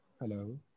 Hello